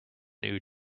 new